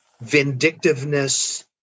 vindictiveness